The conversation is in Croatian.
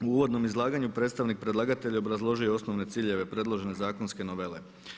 U uvodnom izlaganju predstavnik predlagatelja je obrazložio osnovne ciljeve predložene zakonske novele.